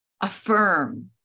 Affirm